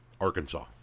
Arkansas